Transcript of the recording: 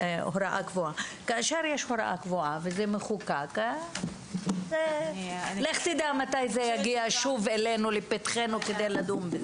הוראה קבועה וזה מחוקק לך תדע מתי זה יגיע שוב לפתחנו כדי לדון בזה.